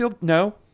No